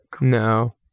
No